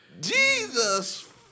Jesus